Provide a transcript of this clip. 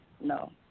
No